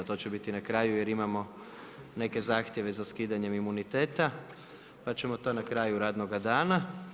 To će biti na kraju, jer imamo neke zahtjeve za skidanje imuniteta, pa ćemo to na kraju radnoga dana.